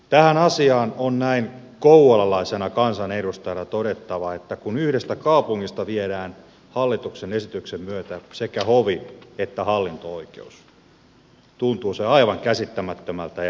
tähän asiaan on näin kouvolalaisena kansanedustajana todettava että kun yhdestä kaupungista viedään hallituksen esityksen myötä sekä hovi että hallinto oikeus tuntuu se aivan käsittämättömältä ja epäoikeudenmukaiselta